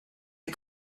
are